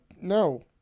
No